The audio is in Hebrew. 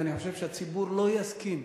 ואני חושב שהציבור לא יסכים,